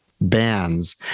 bands